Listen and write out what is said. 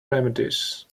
remedies